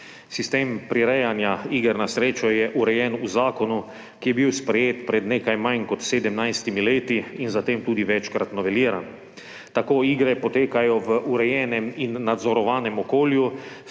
Sistem prirejanja iger na srečo je urejen v zakonu, ki je bil sprejet pred nekaj manj kot 17 leti in zatem tudi večkrat noveliran. Tako igre potekajo v urejenem in nadzorovanem okolju,